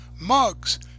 mugs